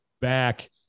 back